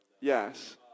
Yes